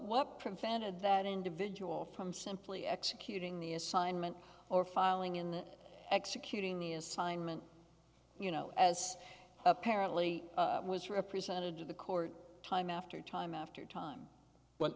what prevented that individual from simply executing the assignment or filing in executing the assignment you know as apparently was represented to the court time after time after time wh